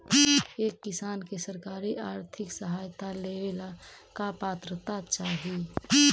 एक किसान के सरकारी आर्थिक सहायता लेवेला का पात्रता चाही?